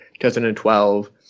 2012